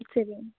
சரிங்க